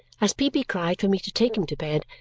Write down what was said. as peepy cried for me to take him to bed,